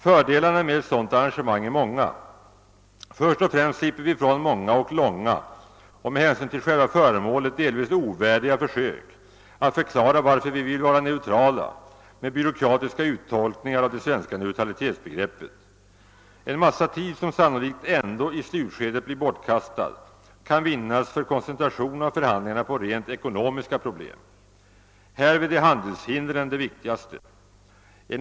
Fördelarna med ett sådant arrangemang är många. Först och främst slipper vi därigenom ifrån många och långa, och med hänsyn till själva föremålet delvis ovärdiga, försök att förklara, varför vi vill vara neutrala, med byråkratiska uttolkningar av det svenska neutralitetsbegreppet. En massa tid, som sannolikt ändå i slutskedet blir bortkastad, kan vinnas för koncentration av förhandlingarna på rent ekonomiska problem. Härvid är handelshindren de viktigaste problemen.